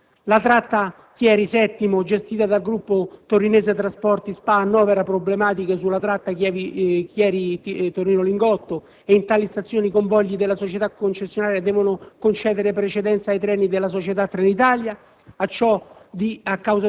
ferrovia in concessione. La tratta Chieri-Settimo, gestita dal Gruppo Torinese Trasporti SpA, annovera problematiche sulla tratta Chieri-Torino Lingotto e in tali stazioni i convogli della società concessionaria devono concedere precedenza ai treni della società Trenitalia.